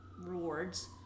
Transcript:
rewards